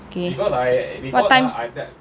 K what time